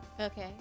Okay